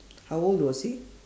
how old was he